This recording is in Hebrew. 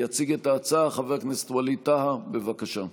יציג את ההצעה חבר הכנסת ווליד טאהא, בבקשה.